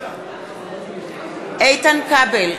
בעד איתן כבל,